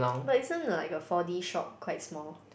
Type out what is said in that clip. but isn't a like a four D shop quite small